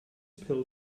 pill